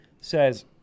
says